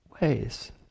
ways